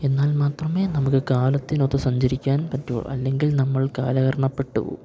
എന്നാൽ മാത്രമേ നമുക്ക് കാലത്തിനൊത്ത് സഞ്ചരിക്കാൻ പറ്റു അല്ലെങ്കിൽ നമ്മൾ കാലഹരണപ്പെട്ടുപോകും